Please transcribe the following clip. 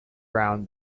round